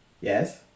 Yes